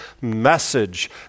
message